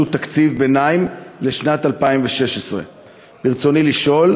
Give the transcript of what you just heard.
תקציב ביניים לשנת 2016. ברצוני לשאול: